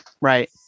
Right